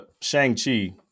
Shang-Chi